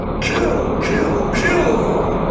kill, kill, kill!